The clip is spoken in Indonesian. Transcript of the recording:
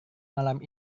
malam